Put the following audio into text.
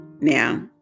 now